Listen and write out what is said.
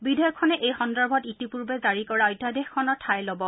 বিধেয়কখনে এই সন্দৰ্ভত ইতিপূৰ্বে জাৰি কৰা অধ্যাদেশখনৰ ঠাই ল'ব